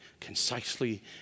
concisely